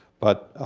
but